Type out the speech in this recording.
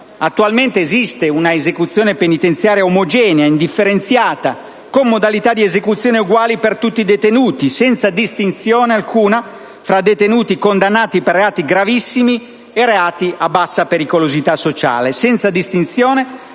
Attualmente esiste una esecuzione penitenziaria omogenea indifferenziata con modalità di esecuzione uguali per tutti i detenuti, senza distinzione alcuna fra detenuti condannati per reati gravissimi e reati a bassa pericolosità sociale,